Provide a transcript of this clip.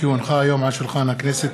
כי הונחו היום על שולחן הכנסת,